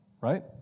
right